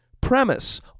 Premise